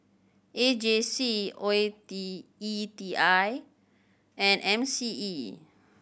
A J C O E T E T I and M C E